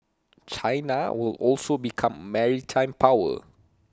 China will also become maritime power